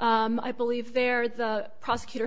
i believe there the prosecutor